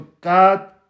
God